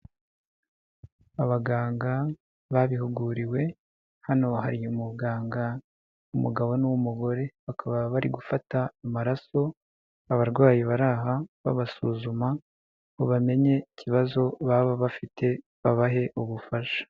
Abaganga babihuguriwe, hano hari umuganga, umugabo n'umugore, bakaba bari gufata amaraso, abarwayi bari aha babasuzuma ngo bamenye ikibazo baba bafite, babahe ubufasha.